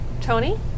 Tony